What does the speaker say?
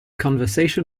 conversation